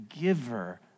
giver